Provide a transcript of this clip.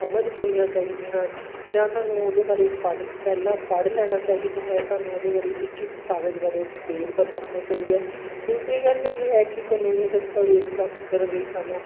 ਸਮਝ ਹੋਣੀਆਂ ਚਾਹੀਦੀਆਂ ਹਨ ਜਾਂ ਤੁਹਾਨੂੰ ਉਹਦੇ ਬਾਰੇ ਪੜ੍ਹ ਪਹਿਲਾਂ ਪੜ੍ਹ ਲੈਣਾ ਚਾਹੀਦਾ ਹੈ ਤੁਹਾਨੂੰ ਉਹਦੇ ਬਾਰੇ ਇੱਕ ਇੱਕ ਕਾਗਜ਼ ਬਾਰੇ ਡਿਟੇਲ ਪਤਾ ਹੋਣਾ ਚਾਹੀਦਾ ਦੂਸਰੀ ਗੱਲ ਇਹ ਹੈ ਕਿ ਕਾਨੂੰਨੀ ਦਸਤਾਵੇਜ਼ ਪ੍ਰਾਪਤ ਕਰਨ ਲਈ ਸਾਨੂੰ